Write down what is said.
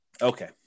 Okay